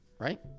Right